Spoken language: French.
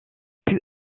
plus